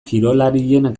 kirolarien